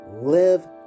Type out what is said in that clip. live